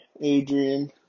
Adrian